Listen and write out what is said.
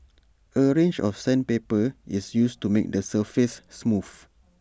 A range of sandpaper is used to make the surface smooth